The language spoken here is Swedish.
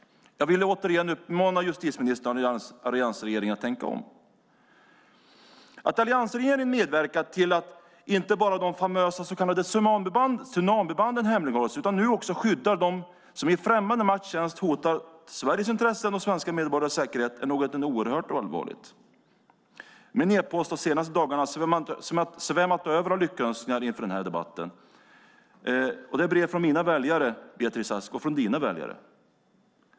Jag vill återigen uppmana justitieministern och alliansregeringen att tänka om. Att alliansregeringen medverkat till att inte bara de famösa så kallade tsunamibanden hemlighålls utan nu också skyddar dem som i främmande makts tjänst hotat Sveriges intressen och svenska medborgares säkerhet är oerhört allvarligt. Min e-post har de senaste dagarna svämmat över av lyckönskningar inför debatten. Det är brev från mina väljare, Beatrice Ask, och från dina väljare.